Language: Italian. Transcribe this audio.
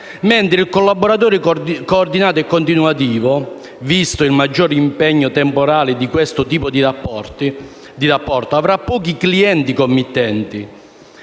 mentre il collaboratore coordinato e continuativo, visto il maggior impegno temporale di questo tipo di rapporto, avrà pochi clienti committenti